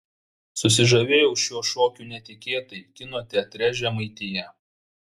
susižavėjau šiuo šokiu netikėtai kino teatre žemaitija